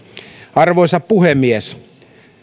arvoisa puhemies